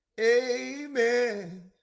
Amen